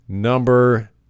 Number